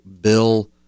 Bill